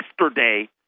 yesterday